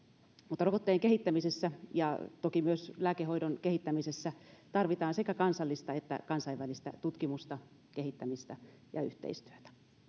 mutta rokotteen kehittämisessä ja toki myös lääkehoidon kehittämisessä tarvitaan sekä kansallista että kansainvälistä tutkimusta kehittämistä ja yhteistyötä